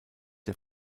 der